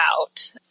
out